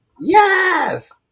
Yes